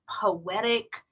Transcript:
poetic